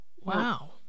Wow